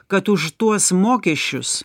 kad už tuos mokesčius